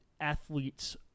athletes